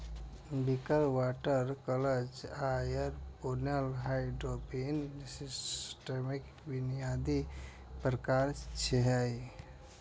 Wick, water culture आ aeroponic hydroponic सिस्टमक बुनियादी प्रकार छियै